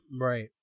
Right